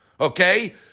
Okay